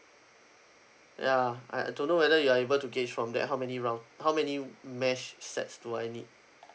ya I I don't know whether you are able to gauge from there how many round~ how many mesh sets do I need